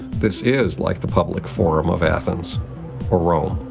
this is like the public forum of athens or rome.